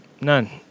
None